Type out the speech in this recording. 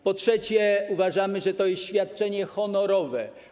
Po trzecie, uważamy, że to jest świadczenie honorowe.